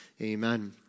Amen